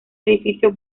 edificio